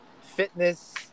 fitness